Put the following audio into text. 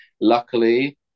Luckily